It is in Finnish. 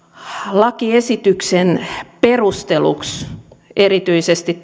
lakiesityksen perusteluksi erityisesti